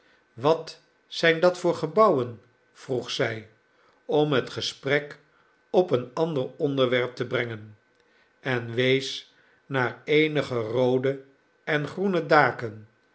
wat zijn dat voor gebouwen vroeg zij om het gesprek op een ander onderwerp te brengen en wees naar eenige roode en groene daken